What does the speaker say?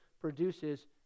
produces